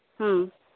ᱦᱮᱸ